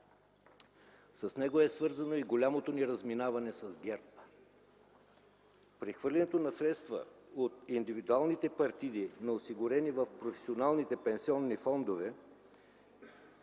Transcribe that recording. С него е свързано и голямото ни разминаване с ГЕРБ. Прехвърлянето на средства от индивидуалните партиди на осигурени в професионалните пенсионни фондове